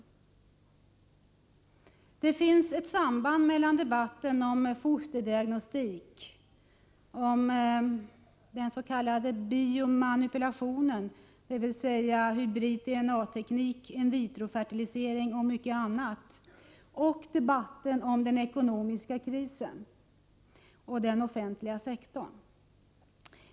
Det finns ett samband mellan debatten om fosterdiagnostik, den s.k. biomanipulationen — dvs. hybrid-DNA-teknik, in-vitro-fertilisering och mycket annat — och debatten om den ”ekonomiska krisen” och den offenliga sektorn.